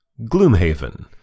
Gloomhaven